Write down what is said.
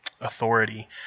authority